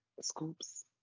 scoops